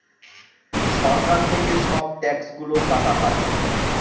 সরকার থেকে সব ট্যাক্স গুলো কাটা হয়